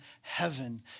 heaven